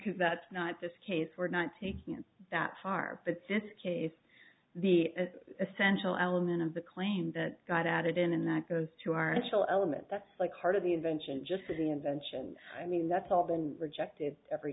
because that's not this case we're not taking it that far but since case the essential element of the claim that got added in and that goes to our initial element that's like heart of the invention just for the invention i mean that's all been rejected every